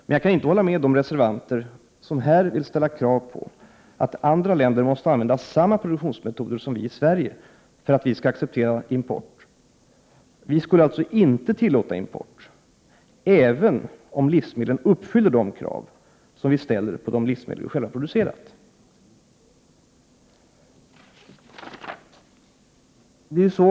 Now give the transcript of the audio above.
Jag kan dock inte hålla med de reservanter som här vill ställa krav på att andra länder måste använda samma produktionsmetoder som vi gör i Sverige, för att vi skall acceptera import. Vi skulle alltså inte tillåta import även om livsmedlen uppfyller de krav vi ställer på livsmedel vi själva har producerat.